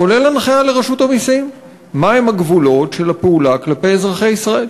כולל הנחיה לרשות המסים מהם הגבולות של הפעולה כלפי אזרחי ישראל.